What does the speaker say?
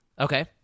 Okay